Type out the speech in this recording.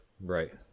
Right